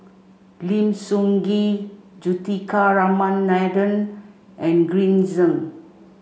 Lim Sun Gee Juthika Ramanathan and Green Zeng